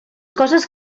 coses